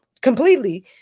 completely